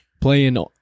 playing